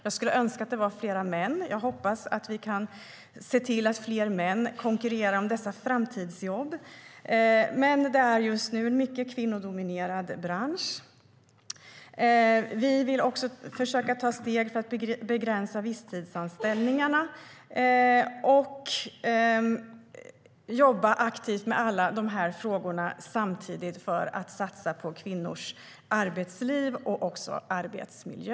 Jag skulle önska att det var flera män. Jag hoppas att vi kan se till att fler män konkurrerar om dessa framtidsjobb, men det är just nu en mycket kvinnodominerad bransch. Vi vill också försöka ta steg för att begränsa visstidsanställningarna och jobba aktivt med alla de här frågorna samtidigt för att satsa på kvinnors arbetsliv och arbetsmiljö.